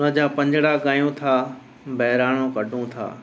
उन जा पंजिड़ा ॻायूं था बहिराणो कढूं था